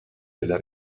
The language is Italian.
della